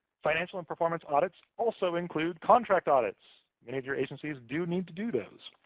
financial and performance audits also include contract audits. many of your agencies do need to do those.